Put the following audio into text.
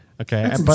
Okay